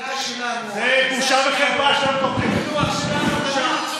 הקריאה שלנו, זה בושה וחרפה, תקשיבו לנו פעם.